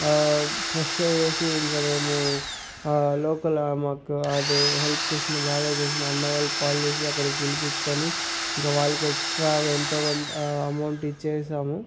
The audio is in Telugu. ఫ్రెష్ అయ్యేసి ఇంక మేము లోకలు మాకు అది హెల్ప్ చేసిన బాగా చేసిన అన్న వాళ్లకు కాల్ చేసి అక్కడికి పిలిపిచ్చుకొని ఇంకా వాళ్లకు ఎక్సట్రాగ ఎంతోకొంత అమౌంట్ ఇచ్చేశాము